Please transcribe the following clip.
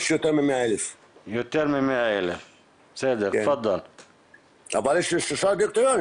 יש יותר מ-100,000 אבל יש לי שלושה דירקטוריונים,